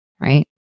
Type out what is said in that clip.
right